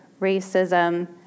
racism